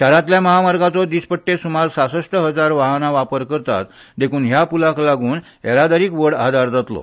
शारांतल्या महामार्गाचो दिसपट्टे सुमार सासश्ट हजार वाहना वापर करतात देख्न ह्या पुलाक लागुन येरादारीक व्हड आदार जातलो